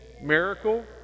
miracle